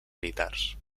militars